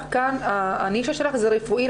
הנישה שלך זה רפואי,